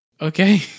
okay